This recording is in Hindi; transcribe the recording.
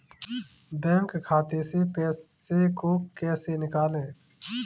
बैंक खाते से पैसे को कैसे निकालें?